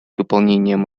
выполнением